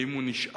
האם הוא נשאר.